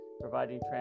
providing